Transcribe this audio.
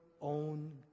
own